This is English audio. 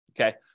okay